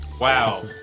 Wow